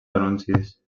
anuncis